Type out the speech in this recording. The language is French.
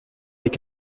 avec